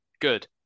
good